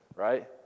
right